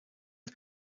die